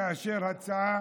כאשר הצעה